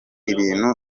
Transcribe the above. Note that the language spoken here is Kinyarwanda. ibintu